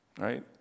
right